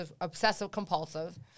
obsessive-compulsive